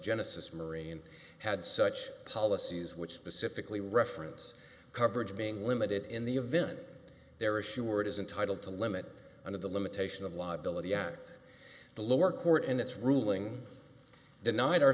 genesis marine had such policies which specifically reference coverage being limited in the event there is sure it is entitle to limit under the limitation of liability act the lower court and its ruling denied